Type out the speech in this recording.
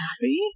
happy